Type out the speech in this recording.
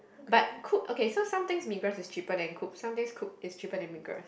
but Coop okay so something Migros is cheaper than Coop something Coop is cheaper than Migros